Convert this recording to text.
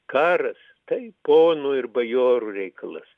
karas tai ponų ir bajorų reikalas